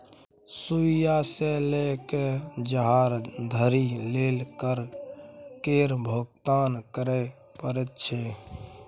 सुइया सँ लए कए जहाज धरि लेल कर केर भुगतान करय परैत छै